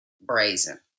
Brazen